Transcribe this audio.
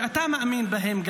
שגם אתה מאמין בהן,